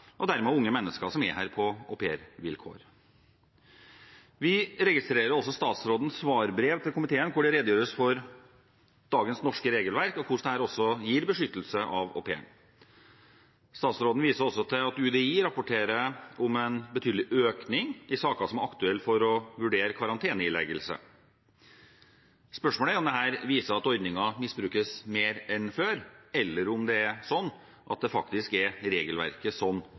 og dermed av unge mennesker som er her på aupairvilkår. Vi registrerer statsrådens svarbrev til komiteen, hvor det redegjøres for dagens norske regelverk, og hvordan dette også gir au pairen beskyttelse. Statsråden viser også til at UDI rapporterer om en betydelig økning i antall saker som er aktuelle for å vurdere karanteneileggelse. Spørsmålet er om dette viser at ordningen misbrukes mer enn før, eller om det er regelverket som faktisk virker. Som Arbeiderpartiet selv har uttalt: Det er viktig at regelverket